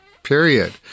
Period